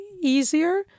easier